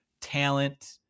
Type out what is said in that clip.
talent